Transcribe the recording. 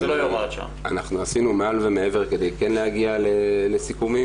אנחנו עשינו מעל ומעבר כדי כן להגיע לסיכומים.